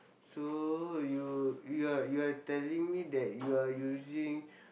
so you you are you are telling me that you are using